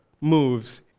moves